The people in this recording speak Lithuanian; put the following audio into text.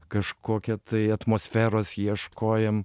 kažkokią tai atmosferos ieškojom